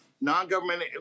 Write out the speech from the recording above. non-government